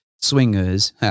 swingers